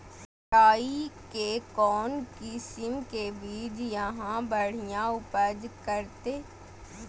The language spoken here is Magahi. राई के कौन किसिम के बिज यहा बड़िया उपज करते?